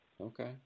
Okay